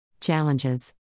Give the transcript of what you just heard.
Challenges